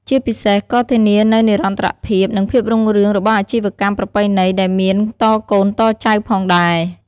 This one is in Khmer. ជាពិសេស ក៏ធានានូវនិរន្តរភាព និងភាពរុងរឿងរបស់អាជីវកម្មប្រពៃណីដែលមានតកូនតចៅផងដែរ។